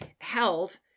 held